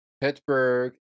Pittsburgh